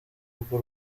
urwo